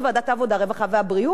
חיים כץ ישב וסידר,